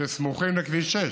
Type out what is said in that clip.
שסמוכים לכביש 6?